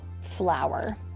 flower